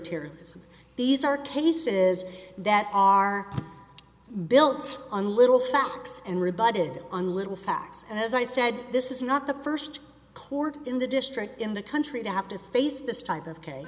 terrorism these are cases that are built on little facts and rebutted and little facts and as i said this is not the first court in the district in the country to have to face this type of